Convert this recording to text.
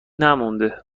نمونده